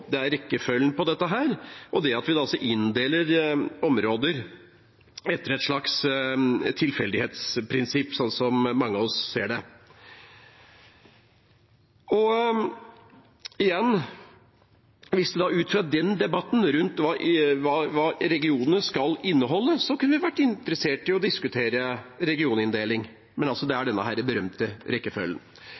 Det er rekkefølgen på dette, og det at vi altså inndeler områder etter et slags tilfeldighetsprinsipp, slik mange av oss ser det. Igjen, ut fra debatten rundt hva regionene skal inneholde, kunne vi vært interessert i å diskutere regioninndeling, men det er altså denne berømte rekkefølgen.